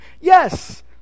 Yes